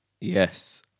yes